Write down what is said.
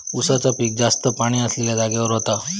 उसाचा पिक जास्त पाणी असलेल्या जागेवर होता